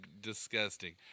disgusting